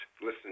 listen